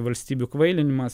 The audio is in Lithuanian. valstybių kvailinimas